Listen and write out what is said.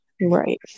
Right